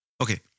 okay